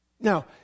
Now